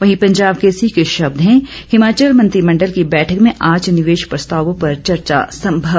वहीं पंजाब केसरी के शब्द हैं हिमाचल मंत्रिमंडल की बैठक में आज निवेश प्रस्तावों पर चर्चा संभव